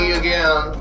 again